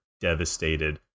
devastated